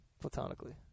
platonically